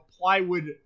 plywood